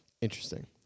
Interesting